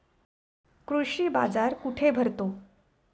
कृषी बाजार कुठे भरतो?